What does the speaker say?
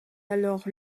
alors